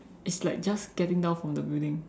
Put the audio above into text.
it's like just getting down from the building